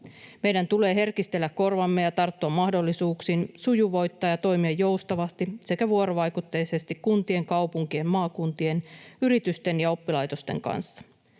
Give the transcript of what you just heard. Meidän tulee herkistää korvamme ja tarttua mahdollisuuksiin sujuvoittaa toimia joustavasti sekä vuorovaikutteisesti kuntien, kaupunkien, maakuntien, yritysten ja oppilaitosten kanssa.